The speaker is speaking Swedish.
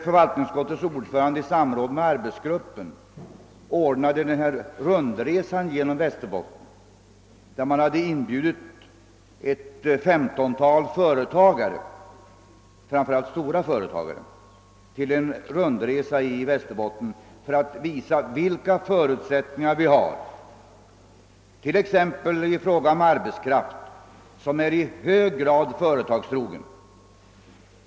Förvaltningsutskottets ordförande inbjöd nyligen i samråd med denna arbetsgrupp ett femtontal företagare, framför allt stora sådana, till en rundresa i Västerbotten för att visa vilka förutsättningar vi har, t.ex. när det gäller arbetskraft; vår arbetskraft är bl.a. i hög grad företagstrogen.